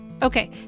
Okay